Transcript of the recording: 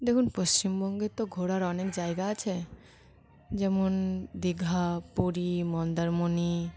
দেখুন পশ্চিমবঙ্গে তো ঘোরার অনেক জায়গা আছে যেমন দীঘা পুরী মন্দারমণি